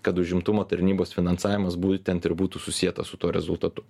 kad užimtumo tarnybos finansavimas būtent ir būtų susietas su tuo rezultatu